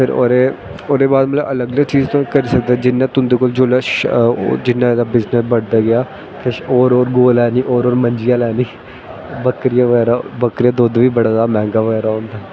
फिर ओह्दे ओह्दे बाद अलग अलग चीज़ करी सकदे जियां तुं'दे कोल जेल्लै शै जियां ओह्दा बिज़नस बधदा गेआ किश होर होर गौ लैनी हौर होर मंजियां लैनी बक्करियां बगैरा बक्करियां दा दुद्ध बी बड़ा जादा मैंह्गा बगैरा होंदा